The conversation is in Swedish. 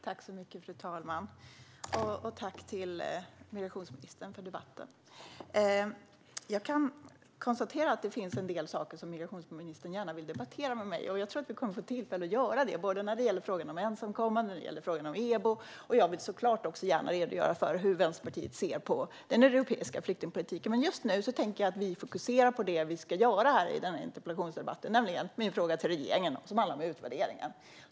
Fru talman! Jag tackar migrationsministern för debatten. Jag kan konstatera att det finns en del saker som migrationsministern gärna vill debattera med mig. Jag tror också att vi kommer att få tillfälle att göra det. Det gäller både frågan om ensamkommande och frågan om EBO. Jag vill såklart också gärna redogöra för hur Vänsterpartiet ser på den europeiska flyktingpolitiken. Men just nu tycker jag att vi fokuserar på det vi ska diskutera i denna interpellationsdebatt, nämligen min fråga till regeringen om utvärderingen.